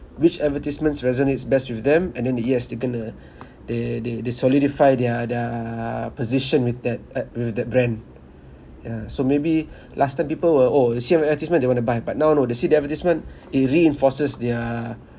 which advertisements resonates best with them and then uh yes they're going to they they they solidify their their position with that uh with that brand yeah so maybe last time people will oh they see one advertisement they want to buy but now no they see the advertisement it reinforces their